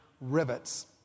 rivets